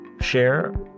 share